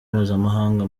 mpuzamahanga